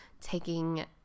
taking